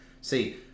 See